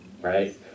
right